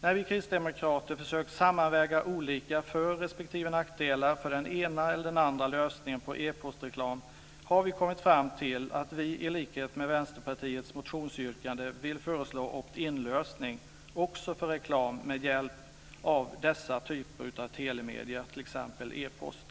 När vi kristdemokrater försökt sammanväga olika för respektive nackdelar med den ena eller den andra lösningen för e-postreklam har vi kommit fram till att vi i likhet med Vänsterpartiets motionsyrkande vill föreslå opt-in-lösningen också för reklam med hjälp av dessa typer av telemedier, t.ex. e-post.